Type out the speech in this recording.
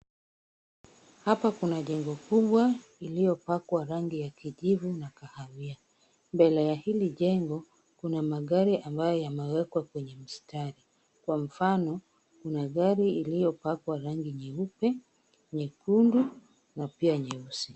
Hapa kuna jengo kubwa lililopakwa rangi ya kijivu na kahawia. Mbele ya hili jengo kuna magari ambayo yamewekwa kwenye mstari. Kwa mfano, kuna gari iliyopakwa rangi nyeupe, nyekundu na pia nyeusi.